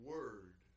Word